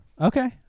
Okay